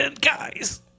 guys